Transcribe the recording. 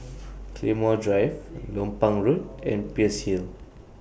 Claymore Drive Lompang Road and Peirce Hill